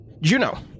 Juno